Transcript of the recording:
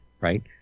right